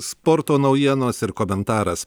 sporto naujienos ir komentaras